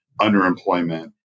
underemployment